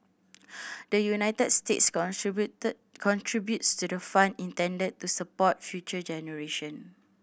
the United States contributed contributes to the fund intended to support future generation